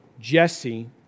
Jesse